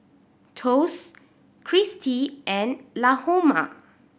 Thos Cristi and Lahoma